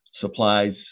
Supplies